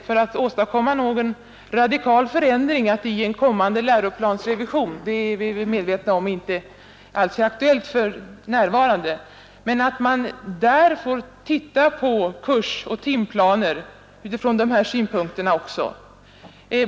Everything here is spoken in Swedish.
För att åstadkomma en radikal förändring måste man kanske vid en kommande läroplansrevision — jag är medveten om att en sådan alls inte är aktuell för närvarande — titta på kursoch timplaner också från de framförda synpunkterna.